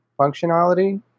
functionality